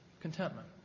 Contentment